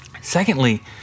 Secondly